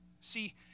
See